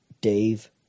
Dave